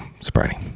sobriety